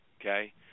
okay